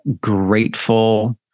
grateful